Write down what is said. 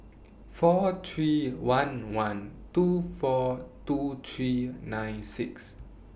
four three one one two four two three nine six